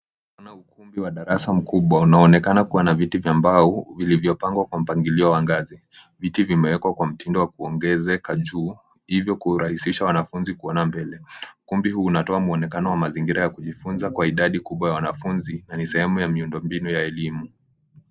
Kuna ukumbi wa darasa mkubwa unaonekna kuwa na viti vya mbao ulivyopangwa kwa mpangilio wa ngazi, viti vimewekwa kwa mtindo wa kuongezeka juu ivyo kurahisisha wanafunzi kuona mbele. Ukumbi huu unatoa muonekano wa mazingira ya kujifunza kwa idadi kubwa ya wanafunzi na ni sehemu ya miundo mbinu ya elimu.